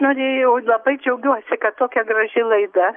norėjau labai džiaugiuosi kad tokia graži laida